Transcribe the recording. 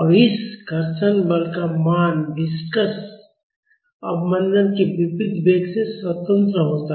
और इस घर्षण बल का मान विस्कस अवमंदन के विपरीत वेग से स्वतंत्र होता है